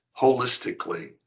holistically